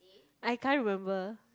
I can't remember